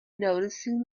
noticing